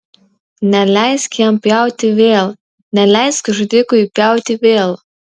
neleisk jam pjauti vėl neleisk žudikui pjauti vėl